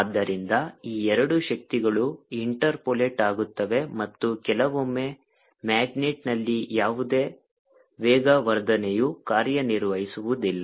ಆದ್ದರಿಂದ ಈ ಎರಡು ಶಕ್ತಿಗಳು ಇಂಟರ್ಪೋಲೇಟ್ ಆಗುತ್ತವೆ ಮತ್ತು ಕೆಲವೊಮ್ಮೆ ಮ್ಯಾಗ್ನೆಟ್ನಲ್ಲಿ ಯಾವುದೇ ವೇಗವರ್ಧನೆಯು ಕಾರ್ಯನಿರ್ವಹಿಸುವುದಿಲ್ಲ